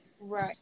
Right